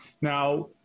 Now